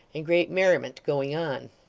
and great merriment going on.